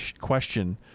question